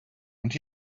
und